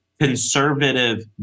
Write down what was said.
conservative